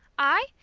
i?